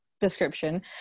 description